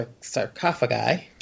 sarcophagi